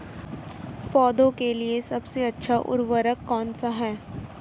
पौधों के लिए सबसे अच्छा उर्वरक कौनसा हैं?